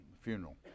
funeral